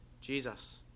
Jesus